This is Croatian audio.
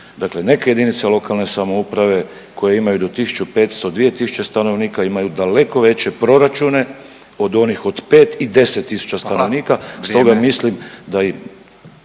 Dakle, neke jedinice lokalne samouprave koje imaju do 1.500-2.000 stanovnika imaju daleko veće proračune od onih od 5 i 10 tisuća stanovnika …/Upadica: